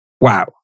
wow